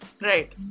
Right